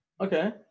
okay